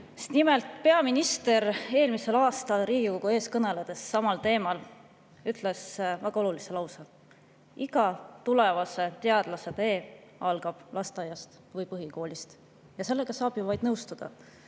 Nimelt, peaminister eelmisel aastal Riigikogu ees kõneledes samal teemal ütles väga olulise lause: "Iga tulevase teadlase tee algab lasteaiast või põhikoolist." Ja sellega saab ju vaid nõustuda.